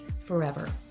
forever